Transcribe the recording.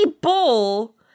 bull